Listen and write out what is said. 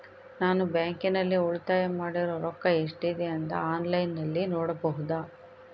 ನಾನು ಬ್ಯಾಂಕಿನಲ್ಲಿ ಉಳಿತಾಯ ಮಾಡಿರೋ ರೊಕ್ಕ ಎಷ್ಟಿದೆ ಅಂತಾ ಆನ್ಲೈನಿನಲ್ಲಿ ನೋಡಬಹುದಾ?